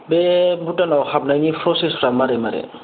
बे भुटानाव हाबनायनि प्रसेसफ्रा मारै मारै